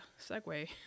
segue